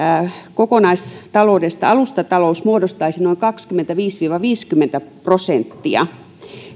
kokonaistaloudesta alustatalous muodostaisi noin kaksikymmentäviisi viiva viisikymmentä prosenttia